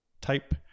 type